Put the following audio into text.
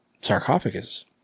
Sarcophagus